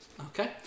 Okay